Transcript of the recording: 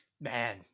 Man